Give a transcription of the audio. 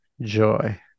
joy